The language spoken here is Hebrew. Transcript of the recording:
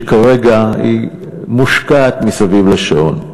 שכרגע מושקעת מסביב לשעון.